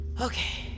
Okay